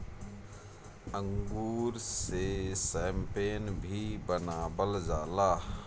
अंगूर से शैम्पेन भी बनावल जाला